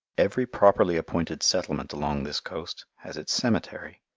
every properly appointed settlement along this coast has its cemetery.